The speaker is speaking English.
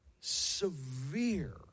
severe